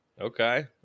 Okay